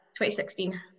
2016